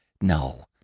no